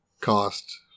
cost